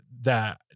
that-